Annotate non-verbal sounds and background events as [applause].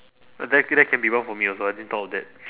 uh that can that can be one for me also I didn't thought of that [noise]